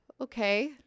Okay